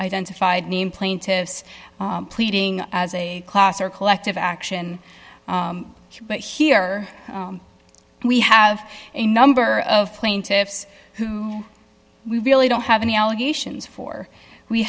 identified named plaintiffs pleading as a class or collective action but here we have a number of plaintiffs who we really don't have any allegations for we